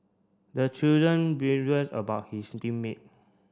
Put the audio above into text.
the children about his team mate